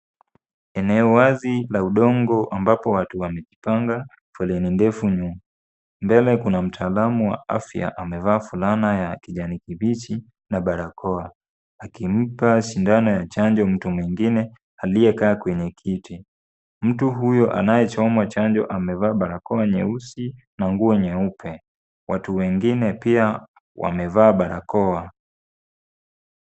Eneo wazi la udongo ambapo watu wamejipanga foleni ndefu nyuma. Mbele kuna mtaalamu wa afya amevaa fulana ya kijani kibichi na barakoa akimpa sindano ya chanjo mtu mwingine aliyekaa kwenye kiti. Mtu huyo anayechomwa chanjo amevaa barakoa nyeusi na nguo nyeupe. Watu wengine pia wamevaa barakoa.